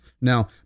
Now